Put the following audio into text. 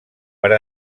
per